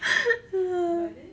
but then